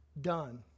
done